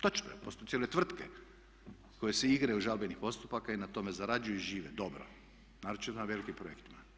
Točno je, po postoje cijele tvrtke koje se igraju žalbenih postupaka i na tome zarađuju i žive, dobro, naročito na velikim projektima.